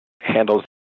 handles